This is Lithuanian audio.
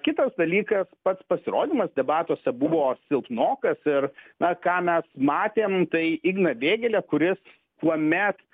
kitas dalykas pats pasirodymas debatuose buvo silpnokas ir na ką mes matėm tai igną vėgėlę kuris kuomet